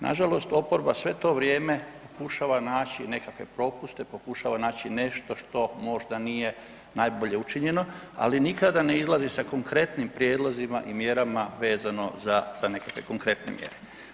Nažalost oporba sve to vrijeme pokušava naći nekakve propuste, pokušava naći nešto što možda nije najbolje učinjeno, ali nikada ne izlazi sa konkretnim prijedlozima i mjerama vezano za, za nekakve konkretne mjere.